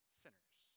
sinners